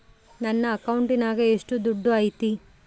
ನನ್ನ ಅಕೌಂಟಿನಾಗ ಎಷ್ಟು ದುಡ್ಡು ಐತಿ?